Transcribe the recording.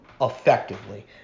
effectively